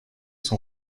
son